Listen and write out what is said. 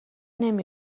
نمی